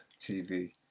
TV